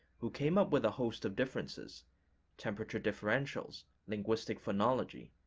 who came up with a host of differences temperature differentials, linguistic phonology,